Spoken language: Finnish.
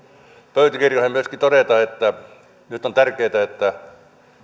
pöytäkirjoihin myöskin todeta että nyt on tärkeätä että